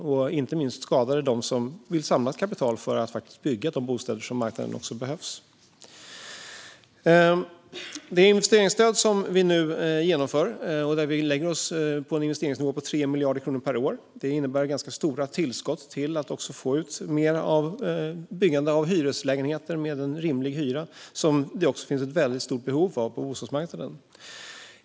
Inte minst har den skadat dem som vill samla ett kapital för att bygga de bostäder som behövs på marknaden. Det investeringsstöd som vi nu genomför, där vi lägger oss på en investeringsnivå på 3 miljarder kronor per år, innebär ganska stora tillskott till att få ut mer byggande av hyreslägenheter med en rimlig hyra, något som det finns ett väldigt stort behov av på bostadsmarknaden.